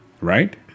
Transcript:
Right